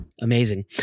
Amazing